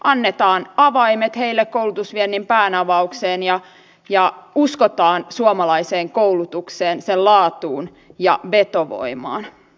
annetaan avaimet heille koulutusviennin päänavaukseen ja uskotaan suomalaiseen koulutukseen sen laatuun ja vetovoimaan